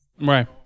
Right